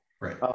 Right